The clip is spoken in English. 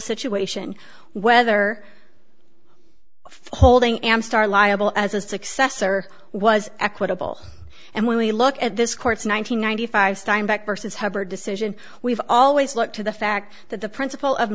situation whether for holding am star liable as a successor was equitable and when we look at this court's nine hundred ninety five steinbeck versus hubbard decision we've always looked to the fact that the principle of